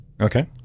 Okay